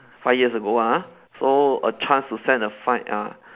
five years ago ah so a chance to send a five uh